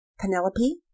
Penelope